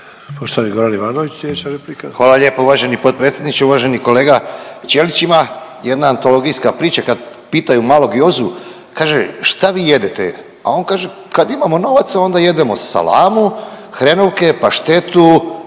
replika. **Ivanović, Goran (HDZ)** Hvala lijepo uvaženi potpredsjedniče. Uvaženi kolega Ćelić, ima jedna antologijska priča kad pitaju malog Jozu, kaže šta vi jedete, a on kaže kad imamo novaca onda jedemo salamu, hrenovke, paštetu